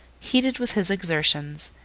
heated with his exertions,